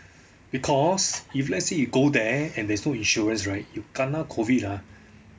because if let's say you go there and there's no insurance right you kena COVID ah